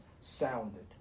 sounded